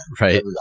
Right